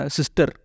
Sister